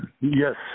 Yes